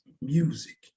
music